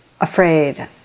afraid